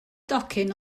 docyn